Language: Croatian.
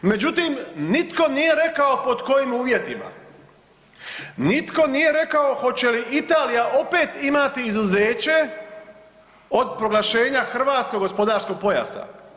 Međutim, nitko nije rekao pod kojim uvjetima, nitko nije rekao hoće li Italija opet imati izuzeće od proglašenja hrvatskog gospodarskog pojasa.